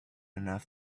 enough